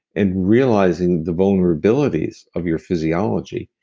and realizing the vulnerabilities of your physiology,